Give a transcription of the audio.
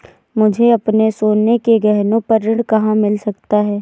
मुझे अपने सोने के गहनों पर ऋण कहाँ मिल सकता है?